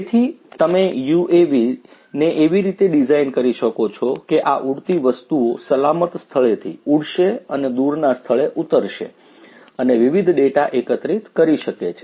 તેથી તમે UAVs ને એવી રીતે ડિઝાઇન કરી શકો છો કે આ ઉડતી વસ્તુઓ સલામત સ્થળેથી ઉડશે અને દૂરના સ્થળે ઉતરશે અને વિવિધ ડેટા એકત્રિત કરી શકે છે